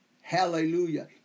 Hallelujah